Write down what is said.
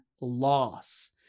loss